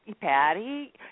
Patty